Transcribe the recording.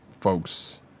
folks